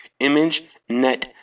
ImageNet